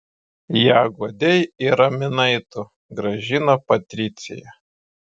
ją guodei ir raminai tu gražina patricija